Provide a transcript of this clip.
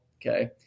Okay